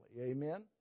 Amen